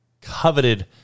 coveted